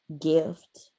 gift